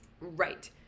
Right